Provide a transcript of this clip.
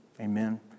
Amen